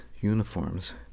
uniforms